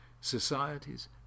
societies